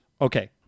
Okay